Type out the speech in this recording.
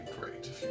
great